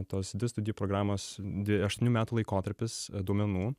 tos dvi studijų programos di aštuonių metų laikotarpis duomenų